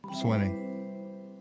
Swimming